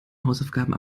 hausaufgaben